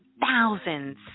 thousands